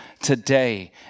today